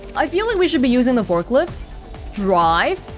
i feel like we should be using the forklift drive?